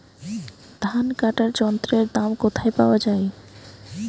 ধান কাটার যন্ত্রের দাম কোথায় পাওয়া যায়?